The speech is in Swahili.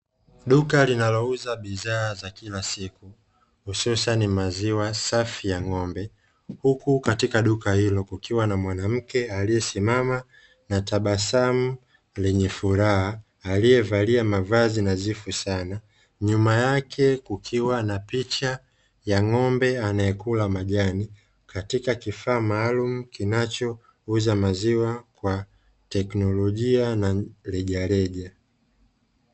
Duka linalouza bidhaa za kila siku, hususani maziwa safi ya ng'ombe. Huku katika duka hilo kukiwa na mwanamke aliyesimama na tabasamu lenye furaha, aliyevalia mavazi nadhifu sana, nyuma yake kukiwa na picha ya ng'ombe anayekula majani, katika kifaa maalumu kinachouza maziwa kwa teknolojia na rejareja.